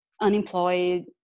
unemployed